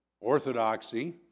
Orthodoxy